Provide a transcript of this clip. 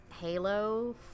Halo